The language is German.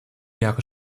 jahre